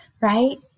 right